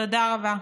תודה רבה.